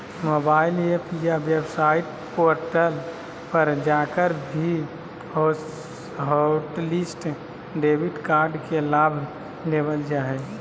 mobile app या website portal पर जाकर भी हॉटलिस्ट डेबिट कार्ड के लाभ लेबल जा हय